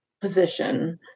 position